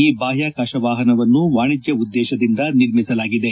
ಈ ಬಾಹ್ವಾಕಾಶ ವಾಹನವನ್ನು ವಾಣಿಜ್ವ ಉದ್ದೇಶದಿಂದ ನಿರ್ಮಿಸಲಾಗಿದೆ